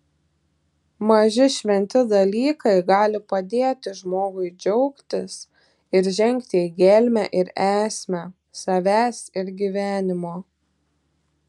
maži šventi dalykai gali padėti žmogui džiaugtis ir žengti į gelmę ir esmę savęs ir gyvenimo